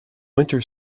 winter